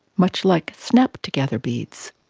much like snap-together beads.